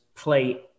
play